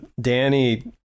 Danny